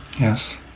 Yes